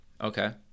okay